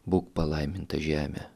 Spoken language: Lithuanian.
būk palaiminta žeme